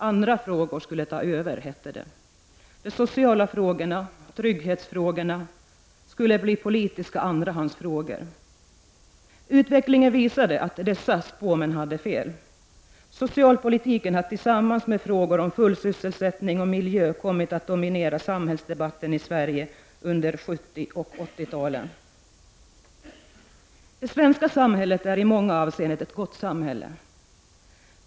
Andra frågor skulle ta över, hette det. De sociala frågorna, trygghetsfrågorna, skulle bli politiska andrahandsfrågor. Utvecklingen visade att dessa spåmän hade fel. Socialpolitiken har tillsammans med frågor om full sysselsättning och miljö kommit att dominera samhällsdebatten i Sverige under 1970 och 1980-talen. Det svenska samhället är i många avseenden ett gott samhälle.